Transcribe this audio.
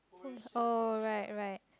oh right right